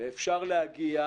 אפשר להגיע,